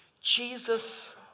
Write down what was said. Jesus